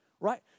right